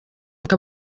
aka